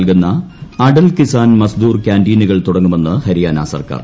നൽകുന്ന അടൽ കിസാൻ മസ്ദൂർ കൃാന്റീനുകൾ തുടങ്ങുമെന്ന് ഹരിയാന സർക്കാർ